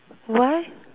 why